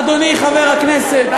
אדוני חבר הכנסת,